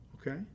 okay